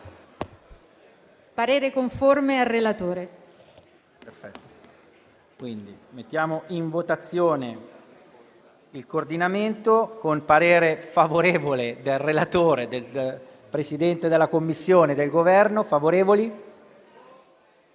parere conforme al relatore.